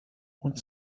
want